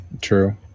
True